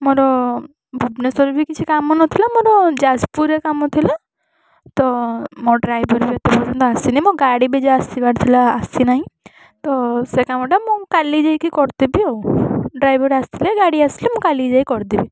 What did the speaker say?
ମୋର ଭୁବନେଶ୍ୱରରେ ବି କିଛି କାମ ନଥିଲା ମୋର ଯାଜପୁରରେ କାମ ଥିଲା ତ ମୋ ଡ୍ରାଇଭର ବି ଏତେ ପର୍ଯ୍ୟନ୍ତ ଆସିନି ମୋ ଗାଡ଼ି ବି ଯେ ଆସିବାର ଥିଲା ଆସିନାହିଁ ତ ସେ କାମଟା ମୁଁ କାଲି ଯାଇକି କରିଦେବି ଆଉ ଡ୍ରାଇଭର ଆସିଲେ ଗାଡ଼ି ଆସିଲେ ମୁଁ କାଲି ଯାଇକି କରିଦେବି